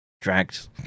dragged